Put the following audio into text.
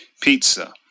Pizza